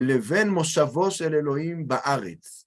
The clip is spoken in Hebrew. לבין מושבו של אלוהים בארץ.